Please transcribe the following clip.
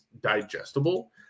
digestible